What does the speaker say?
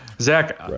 Zach